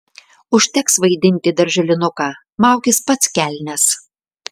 užteks vaidinti darželinuką maukis pats kelnes